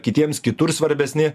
kitiems kitur svarbesni